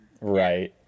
Right